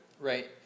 Right